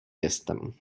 jestem